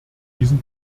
diesen